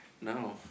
No